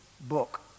book